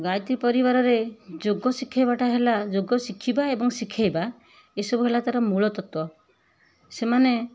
ଗାୟତ୍ରୀ ପରିବାରରେ ଯୋଗ ଶିଖାଇବାଟା ହେଲା ଯୋଗ ଶିଖିବା ଏବଂ ଶିଖାଇବା ଏ ସବୁ ହେଲା ତାର ମୂଳ ତତ୍ତ୍ୱ ସେମାନେ